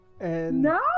No